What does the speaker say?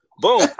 Boom